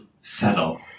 settle